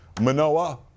Manoa